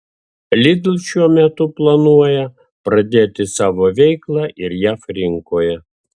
lidl šiuo metu planuoja pradėti savo veiklą ir jav rinkoje